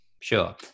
Sure